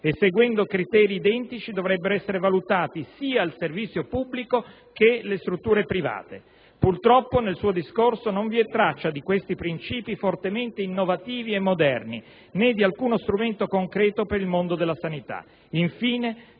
seguendo criteri identici, dovrebbero essere valutati sia il servizio pubblico che le strutture private. Purtroppo, nel suo discorso non vi è traccia di questi principi fortemente innovativi e moderni, né di alcuno strumento concreto per il mondo delle sanità.